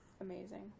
Amazing